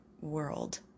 world